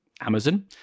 Amazon